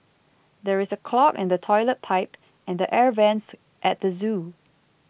there is a clog in the Toilet Pipe and the Air Vents at the zoo